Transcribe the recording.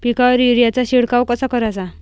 पिकावर युरीया चा शिडकाव कसा कराचा?